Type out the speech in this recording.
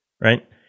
right